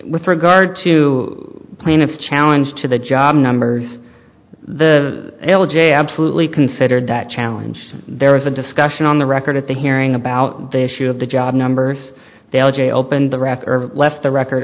with regard to plaintiff's challenge to the job numbers the l j absolutely considered that challenge there was a discussion on the record at the hearing about the issue of the job numbers the algae opened the raptor left the record